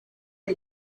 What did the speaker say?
you